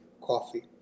coffee